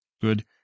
good